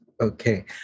Okay